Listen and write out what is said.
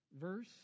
verse